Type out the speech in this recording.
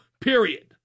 Period